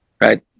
right